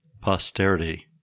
posterity